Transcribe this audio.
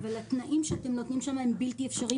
אבל התנאים שאתם נותנים שם הם בלתי אפשריים